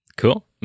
Cool